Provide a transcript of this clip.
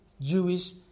Jewish